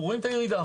רואים את הירידה.